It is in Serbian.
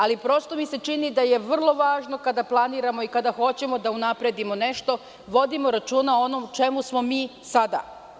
Ali, prosto mi se čini da je vrlo važno kada planiramo i kada hoćemo da unapredimo nešto vodimo računa o onom čemu smo mi sada.